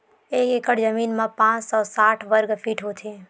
एक एकड़ जमीन मा पांच सौ साठ वर्ग फीट होथे